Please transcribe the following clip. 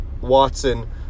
Watson